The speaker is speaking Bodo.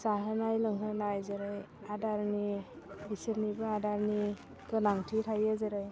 जाहोनाय लोंहोनाय जेरै आदारनि बिसोरनिबो आदारनि गोनांथि थायो जेरै